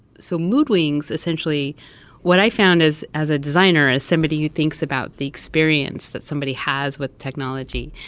so moodwings essentially what i found as as a designer, as somebody who thinks about the experience that somebody has with technology,